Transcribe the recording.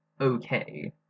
okay